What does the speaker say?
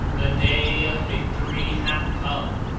the day of victory hath come,